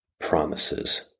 promises